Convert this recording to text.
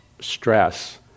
stress